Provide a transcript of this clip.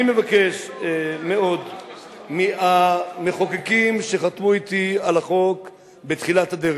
אני מבקש מאוד מהמחוקקים שחתמו אתי על החוק בתחילת הדרך,